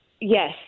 Yes